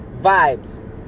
vibes